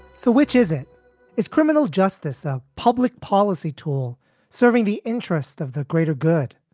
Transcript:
so which is it is criminal justice, a public policy tool serving the interest of the greater good.